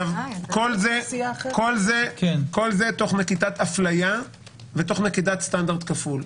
כל זה תוך נקיטת הפליה ותוך נקיטת סטנדרט כפול.